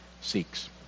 seeks